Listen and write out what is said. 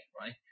right